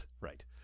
right